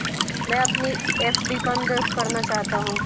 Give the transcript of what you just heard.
मैं अपनी एफ.डी बंद करना चाहता हूँ